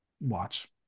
watch